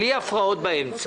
בלי הפרעות באמצע.